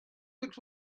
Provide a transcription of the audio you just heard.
but